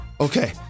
Okay